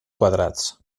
quadrats